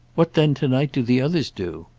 what then to-night do the others do?